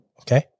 Okay